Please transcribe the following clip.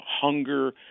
hunger